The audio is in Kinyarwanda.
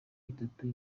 itatu